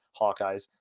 Hawkeyes